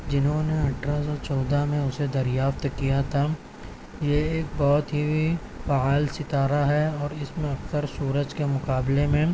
جنہوں نے اٹھارہ سو چودہ میں اسے دریافت کیا تھا یہ ایک بہت ہی فعال ستارہ ہے اور اس میں اکثر سورج کے مقابلے میں